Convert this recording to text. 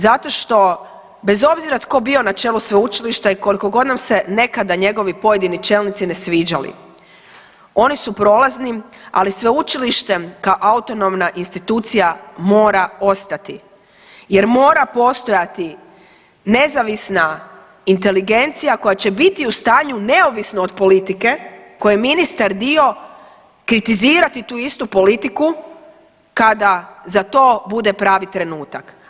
Zato što bez obzira tko bio na čelu sveučilišta i koliko god nam se nekada njegovi pojedini čelnici ne sviđali oni su prolazni, ali sveučilište kao autonomna institucija mora ostati jer mora postojati nezavisna inteligencija koja će biti u stanju neovisno od politike koje je ministar dio kritizirati tu istu politiku kada za to bude pravi trenutak.